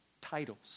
titles